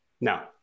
No